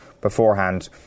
beforehand